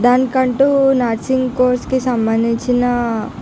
దానికంటు nursing కోర్స్కి సంబంధించిన